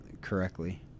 correctly